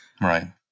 Right